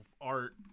art